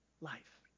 Life